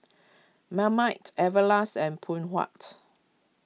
Marmite Everlast and Phoon Huat